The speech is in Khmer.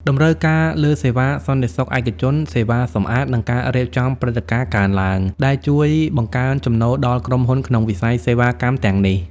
តម្រូវការលើសេវាសន្តិសុខឯកជន សេវាសម្អាត និងការរៀបចំព្រឹត្តិការណ៍កើនឡើង ដែលជួយបង្កើនចំណូលដល់ក្រុមហ៊ុនក្នុងវិស័យសេវាកម្មទាំងនេះ។